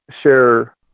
share